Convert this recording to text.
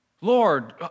Lord